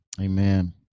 Amen